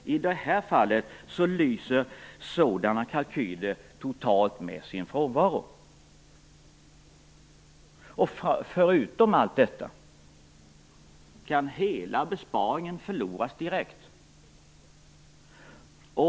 I det här fallet lyser sådana kalkyler totalt med sin frånvaro. Förutom allt detta kan hela besparingen förloras direkt.